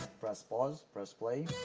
press pause. press play.